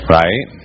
right